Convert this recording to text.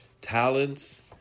talents